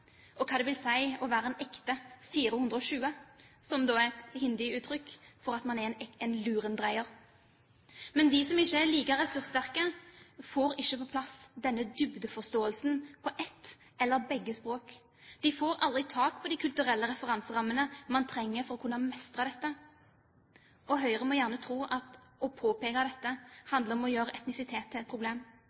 og hva det vil si å være «en ekte 420» – som er et hindiuttrykk for at man er en lurendreier. De som ikke er like ressurssterke, får ikke på plass denne dybdeforstålsen på ett eller begge språk. De får aldri tak på de kulturelle referanserammene man trenger for å mestre dette. Høyre må gjerne tro at å påpeke dette handler om å gjøre etnisitet til et problem.